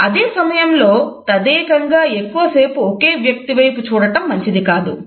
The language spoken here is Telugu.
అదే సమయంలో తదేకంగా ఎక్కువ సేపు ఒకే వ్యక్తి వైపు చూడటం మంచిది కాదు